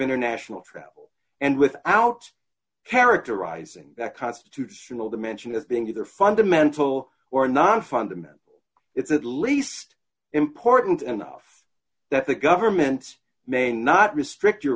international travel and without characterizing that constitutional dimension as being either fundamental or non fundamental it's at least important enough that the government may not restrict your